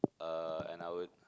uh and I would